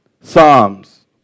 Psalms